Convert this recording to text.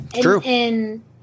True